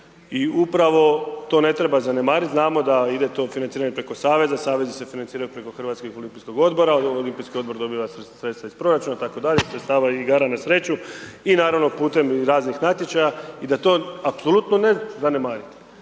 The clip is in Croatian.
I upravo to ne treba zanemariti, znamo da ide to financiranje preko saveza, savezi se financiraju preko HOO-a, Olimpijski odbor dobiva sredstva iz proračuna itd., sredstava i igara na sreću i naravno putem raznih natječaja i da to apsolutno ne zanemarimo